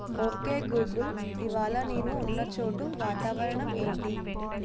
okay Google ఇవాళ నేను ఉన్న చోటు వాతావరణం ఏంటి